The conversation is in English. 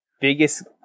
biggest